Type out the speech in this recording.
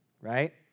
right